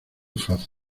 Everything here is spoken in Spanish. fácil